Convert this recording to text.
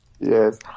yes